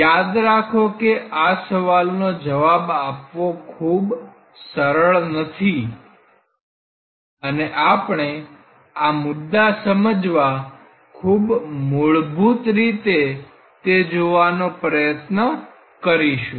યાદ રાખો કે આ સવાલ નો જવાબ આપવો ખૂબ સરળ નથી અને આપણે આ મુદ્દા સમજવા ખૂબ મૂળભૂત રીતે તે જોવાનો પ્રયત્ન કરીશું